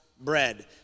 bread